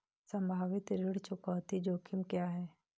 संभावित ऋण चुकौती जोखिम क्या हैं?